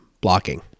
blocking